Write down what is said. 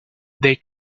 they